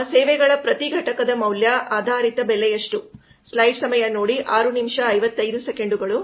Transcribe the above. ನಮ್ಮ ಸೇವೆಗಳ ಪ್ರತಿ ಘಟಕದ ಮೌಲ್ಯ ಆಧಾರಿತ ಬೆಲೆ ಎಷ್ಟು